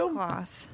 Cloth